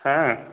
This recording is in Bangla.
হ্যাঁ